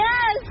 Yes